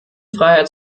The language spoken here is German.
freiheit